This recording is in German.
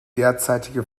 derzeitige